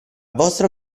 vostro